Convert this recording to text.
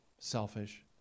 selfish